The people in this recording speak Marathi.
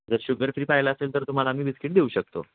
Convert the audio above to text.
जर शुगर फ्री पाहिला असेल तर तुम्हाला आम्ही बिस्किट देऊ शकतो